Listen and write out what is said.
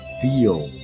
feel